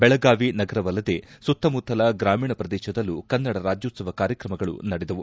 ಬೆಳಗಾವಿ ನಗರವಲ್ಲದೇ ಸುತ್ತಮುತ್ತಲ ಗ್ರಾಮೀಣ ಪ್ರದೇಶದಲ್ಲೂ ಕನ್ನಡ ರಾಜ್ಕೋತ್ಸವ ಕಾರ್ಯಕ್ರಮಗಳು ನಡೆದವು